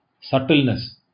subtleness